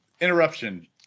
interruption